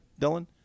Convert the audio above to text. Dylan